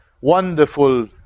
wonderful